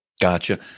Gotcha